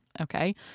Okay